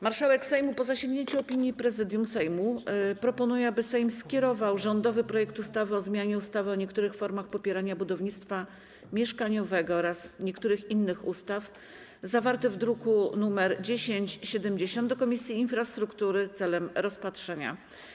Marszałek Sejmu, po zasięgnięciu opinii Prezydium Sejmu, proponuje, aby Sejm skierował rządowy projekt ustawy o zmianie ustawy o niektórych formach popierania budownictwa mieszkaniowego oraz niektórych innych ustaw, zawarty w druku nr 1070, do Komisji Infrastruktury w celu rozpatrzenia.